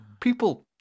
people